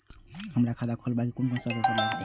हमरा खाता खोलाबई में कुन सब पेपर लागत?